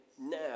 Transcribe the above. now